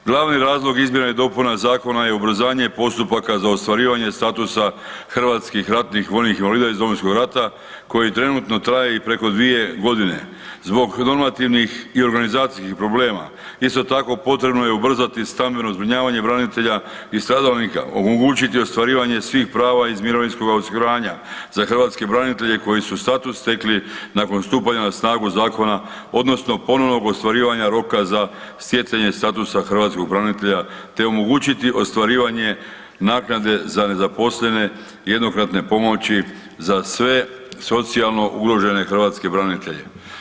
Glavni razlog izmjena i dopuna zakona je ubrzanje postupaka za ostvarivanje statusa HRVI iz Domovinskog rata koji trenutno traje i preko dvije godine, zbog normativnih i organizacijskih problema, isto tako potrebno je ubrzati stambeno zbrinjavanje branitelja i stradalnika, omogućiti ostvarivanje svih prava iz mirovinskog osiguranja za hrvatske branitelje koji su status stekli nakon stupanja na snagu zakona odnosno ponovnog ostvarivanja roka za stjecanje statusa hrvatskog branitelja te omogućiti ostvarivanje naknade za nezaposlene jednokratne pomoći za sve socijalno ugrožene hrvatske branitelje.